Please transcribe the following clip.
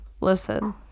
listen